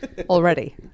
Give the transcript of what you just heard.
already